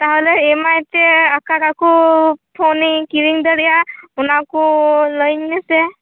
ᱛᱟᱦᱚᱞᱮ ᱮᱢᱟᱭᱛᱮ ᱚᱠᱟᱴᱟᱜ ᱠᱳ ᱯᱷᱳᱱᱤᱧ ᱠᱤᱨᱤᱧ ᱫᱟᱲᱮᱭᱟᱜᱼᱟ ᱚᱱᱟᱠᱳ ᱞᱟᱹᱭᱟᱹᱧ ᱢᱮᱥᱮ